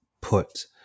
put